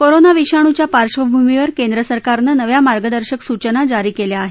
corona विषाणूच्या पार्श्वभूमीवर केंद्र सरकारनं नव्या मार्गदर्शक सूचना जारी केल्या आहेत